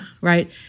right